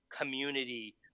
community